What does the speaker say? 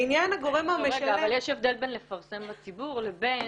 לעניין הגורם -- אבל יש הבדל בין לפרסם בציבור לבין